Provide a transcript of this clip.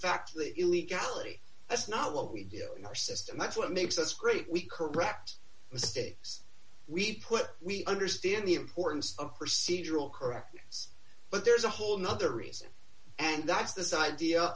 fact illegality that's not what we do in our system that's what makes us great we correct mistakes we put we understand the importance of procedural correct yes but there's a whole nother reason and that's the side